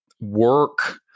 work